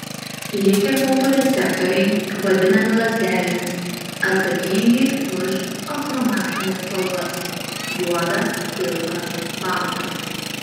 likę fotoreceptoriai vadinami lazdelėmis atsakingi už achromatines spalvas juodą pilką baltą